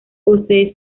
posee